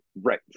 Right